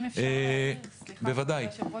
אם אפשר להעיר, כבוד היושב ראש.